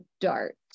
dart